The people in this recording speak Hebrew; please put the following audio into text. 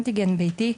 אנטיגן בייתי,